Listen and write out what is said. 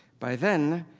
by then,